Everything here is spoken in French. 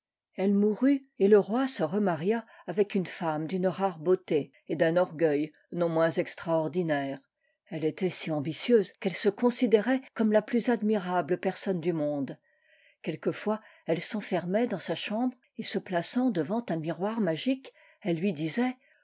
noël rut et le roi se remaria avec une ferame d'un rare beauté et d'un orgueil non moins extraordinaire elle était si ambitieuse qu'elle se considérait comme la plus admirable personne du monde quelquefois elle s'enfermait dans sa chambre et se plaçant devant un miroir magique elle lui disait